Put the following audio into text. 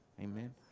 Amen